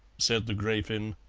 said the grafin.